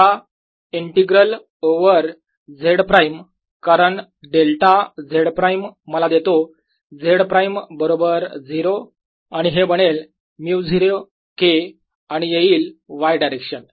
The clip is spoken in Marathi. आता इंटिग्रल ओवर Z प्राईम कारण डेल्टा Z प्राईम मला देतो Z प्राईम बरोबर 0 आणि हे बनेल μ0 K आणि येईल Y डायरेक्शन